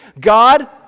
God